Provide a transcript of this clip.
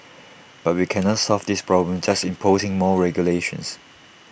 but we cannot solve this problem just imposing more regulations